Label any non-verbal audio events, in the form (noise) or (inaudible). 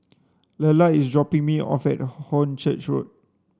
Lelar is dropping me off at (unintelligible) Hornchurch Road